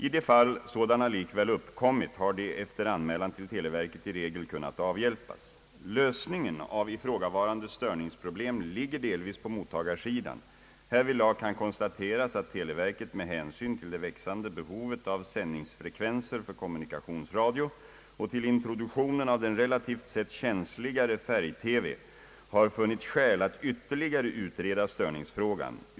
I de fall sådana likväl uppkommit har de efter anmälan till televerket i regel kunnat avhjälpas. Lösningen av ifrågavarande störningsproblem ligger delvis på mottagarsidan. Härvidlag kan konstateras att televerket — med hänsyn till det växande behovet av sändningsfrekvenser för kommunikationsradio och till introduktionen av den relativt sett känsligare färg-TV — har funnit skäl att ytterligare utreda störningsfrågan.